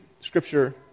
Scripture